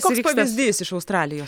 koks pavyzdys iš australijos